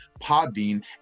Podbean